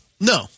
No